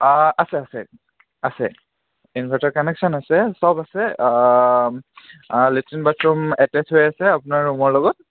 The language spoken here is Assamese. আছে আছে আছে ইনভাৰ্টাৰ কানেকচ্য়ন আছে সব আছে লেট্ৰিন বাথৰুম এটেচ হৈ আছে আপোনাৰ ৰুমৰ লগত